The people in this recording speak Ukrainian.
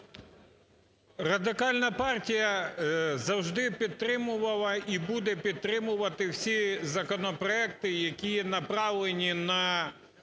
Радикальна партія завжди підтримувала і буде підтримувати всі законопроекти, які направлені на